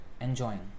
enjoying